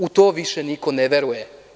U to više niko ne veruje.